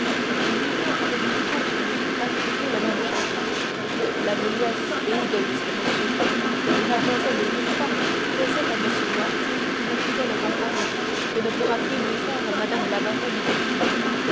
une union avec tout autre lui eût inspiré le même chagrin la vieillesse est égoïste monsieur et mlle de villefort faisait à m noirtier une fidèle compagnie que ne pourra plus lui faire mme la baronne d'épinay